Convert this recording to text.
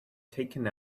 taken